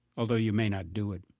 although you may not do it